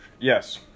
Yes